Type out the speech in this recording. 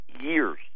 years